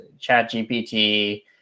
ChatGPT